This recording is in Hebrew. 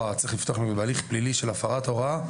וצריך לפתוח בהליך פלילי של הפרת הוראה,